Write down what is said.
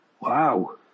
Wow